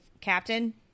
captain